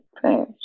prayers